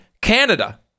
Canada